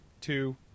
two